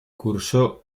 cursó